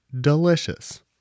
delicious